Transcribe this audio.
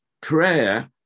prayer